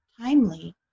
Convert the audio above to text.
timely